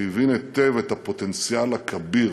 הוא הבין היטב את הפוטנציאל הכביר